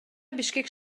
бишкек